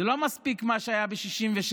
זה לא מספיק מה שהיה ב-67',